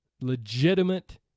legitimate